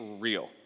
real